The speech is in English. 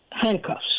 handcuffs